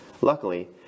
Luckily